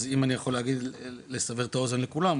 אז אם אני יכול לסבר את האוזן לכולם,